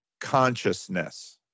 consciousness